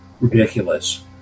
ridiculous